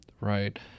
right